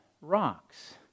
rocks